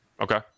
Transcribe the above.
Okay